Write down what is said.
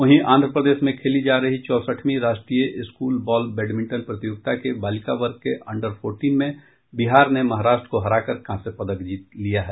वहीं आंध्र प्रदेश में खेली जा रही चौसठवीं राष्ट्रीय स्कूल बॉल बैडमिंटन प्रतियोगिता के बालिका वर्ग के अंडर फोर्टिन में बिहार ने महाराष्ट्र को हराकर कांस्य पदक जीत लिया है